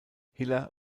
hiller